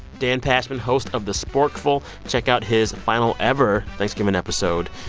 dan pashman, host of the sporkful check out his final ever thanksgiving episode.